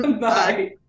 bye